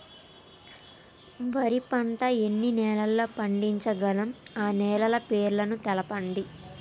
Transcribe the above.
వరి పంట ఎన్ని నెలల్లో పండించగలం ఆ నెలల పేర్లను తెలుపండి?